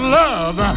love